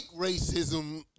racism